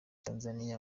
tanzania